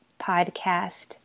podcast